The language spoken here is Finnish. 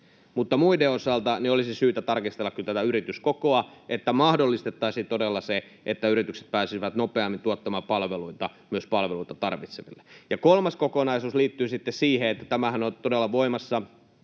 mutta muiden osalta olisi kyllä syytä tarkistella tätä yrityskokoa, että mahdollistettaisiin todella se, että yritykset pääsisivät nopeammin myös tuottamaan palveluita niitä tarvitseville. Kolmas kokonaisuus liittyy sitten siihen, että kun tämähän todella aiotaan saada